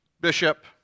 Bishop